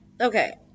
Okay